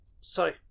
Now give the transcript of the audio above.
sorry